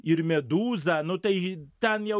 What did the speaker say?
ir medūza nu tai ten jau